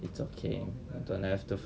it's okay don't have to